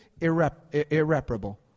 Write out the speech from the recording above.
irreparable